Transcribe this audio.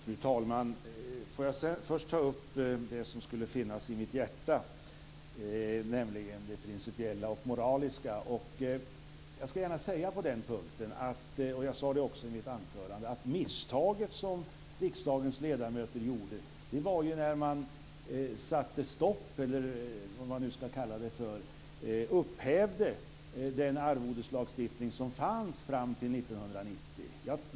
Fru talman! Jag vill först ta upp det som skulle finnas i mitt hjärta, nämligen det principiella och det moraliska. Jag vill på den punkten säga, och jag sade det också i mitt anförande, att misstaget som riksdagens ledamöter gjorde var att upphäva den arvodeslagstiftning som fanns fram till 1990.